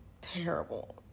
Terrible